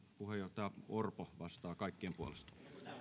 puheenjohtaja orpo vastaa kaikkien puolesta